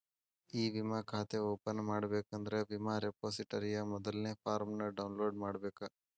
E ವಿಮಾ ಖಾತೆ open ಮಾಡಬೇಕಂದ್ರ ವಿಮಾ ರೆಪೊಸಿಟರಿಯ ಮೊದಲ್ನೇ ಫಾರ್ಮ್ನ ಡೌನ್ಲೋಡ್ ಮಾಡ್ಬೇಕ